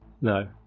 No